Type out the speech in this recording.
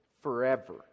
forever